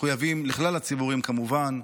מחויבים לכלל הציבורים, כמובן,